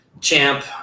champ